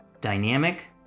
dynamic